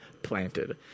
planted